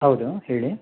ಹೌದು ಹೇಳಿ